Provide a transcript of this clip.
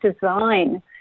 design